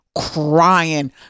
crying